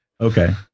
Okay